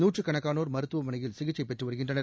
நூற்றுக்கணக்கானோர் மருத்துவமனையில் சிகிச்சை பெற்று வருகின்றனர்